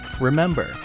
Remember